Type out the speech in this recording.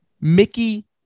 Mickey